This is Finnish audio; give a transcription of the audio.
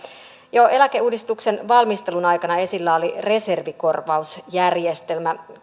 jo eläkeuudistuksen valmistelun aikana esillä oli reservikorvausjärjestelmä